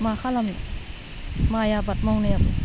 मा खालामनो माइ आबाद मावनायाबो